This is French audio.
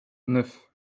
neuf